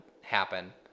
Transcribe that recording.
happen